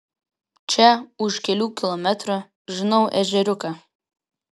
čia už kelių kilometrų žinau ežeriuką